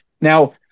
Now